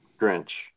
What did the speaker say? Grinch